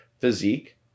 physique